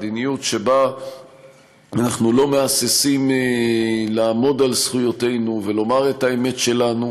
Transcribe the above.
מדיניות שבה אנחנו לא מהססים לעמוד על זכויותינו ולומר את האמת שלנו,